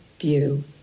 view